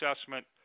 assessment